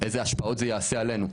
איזה השפעות זה יעשה עלינו.